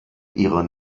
ihrer